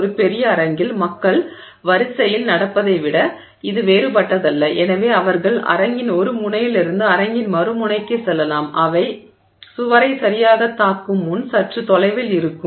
ஒரு பெரிய அரங்கில் மக்கள் வரிசையில் நடப்பதை விட இது வேறுபட்டதல்ல எனவே அவர்கள் அரங்கின் ஒரு முனையிலிருந்து அரங்கின் மறுமுனைக்குச் செல்லலாம்அவை சுவரை சரியாகத் தாக்கும் முன் சற்று தொலைவில் இருக்கும்